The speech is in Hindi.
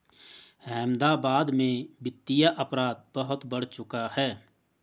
अहमदाबाद में वित्तीय अपराध बहुत बढ़ चुका है